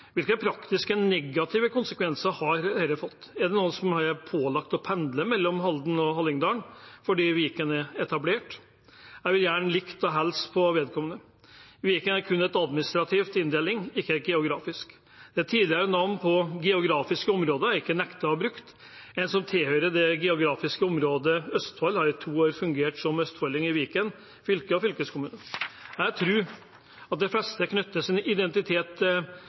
Hvilke praktiske, negative konsekvenser har dette fått? Er det noen som er pålagt å pendle mellom Halden og Hallingdal fordi Viken er etablert? Jeg skulle gjerne likt å hilse på vedkommende. Viken er kun en administrativ inndeling, ikke en geografisk. De tidligere navnene på geografiske områder er ikke nektet brukt. En som tilhører det geografiske området Østfold, har i to år fungert som østfolding i Viken fylke og i fylkeskommunen. Jeg vil tro at de fleste knytter sin identitet